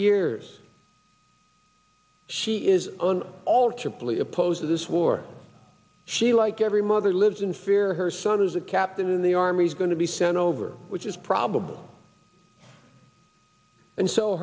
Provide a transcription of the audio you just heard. years she is an altar plea opposed to this war she like every mother lives in fear her son is a captain in the army is going to be sent over which is probable and so